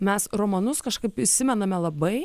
mes romanus kažkaip įsimename labai